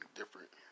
different